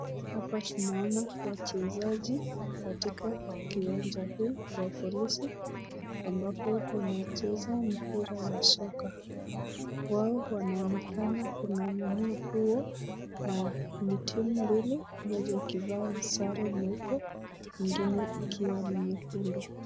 Hapa tunaona wachezaji katika uwanja huu wa polisi ambapo wanacheza mpira wa soka. Wao wanaonekana kung'ang'ania mpira na ni timu mbili moja ikivaa sare nyeupe nyingine ikiwa ni nyekundu.